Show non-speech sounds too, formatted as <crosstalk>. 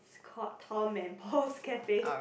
it's called Tom and Paul's Cafe <laughs>